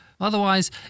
otherwise